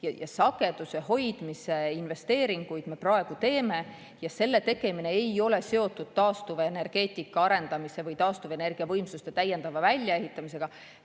Sageduse hoidmise investeeringuid me praegu teeme ja nende tegemine ei ole seotud taastuvenergeetika arendamise või taastuvenergiavõimsuste täiendava väljaehitamisega.